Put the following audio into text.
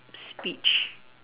speech